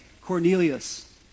Cornelius